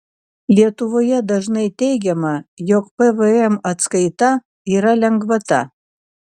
lietuvoje dažnai teigiama jog pvm atskaita yra lengvata